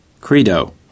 Credo